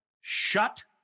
Shut